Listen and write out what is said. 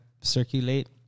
circulate